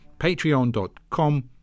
patreon.com